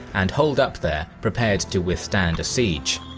and holed up there, prepared to withstand a siege.